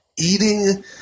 eating